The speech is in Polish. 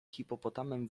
hipopotamem